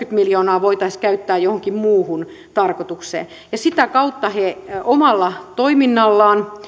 miljoonaa voitaisiin käyttää johonkin muuhun tarkoitukseen sitä kautta he omalla toiminnallaan